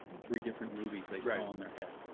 three different movies they saw in their head.